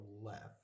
left